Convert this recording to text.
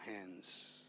hands